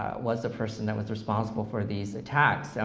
was the person that was responsible for these attacks. and